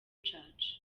church